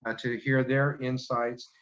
ah to hear their insights.